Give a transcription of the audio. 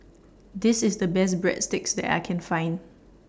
This IS The Best Breadsticks that I Can Find